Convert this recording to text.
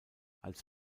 als